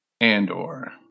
Andor